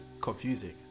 Confusing